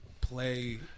play